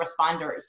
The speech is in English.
responders